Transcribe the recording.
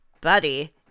Buddy